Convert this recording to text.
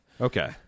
Okay